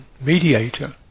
mediator